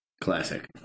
Classic